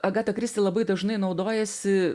agata kristi labai dažnai naudojasi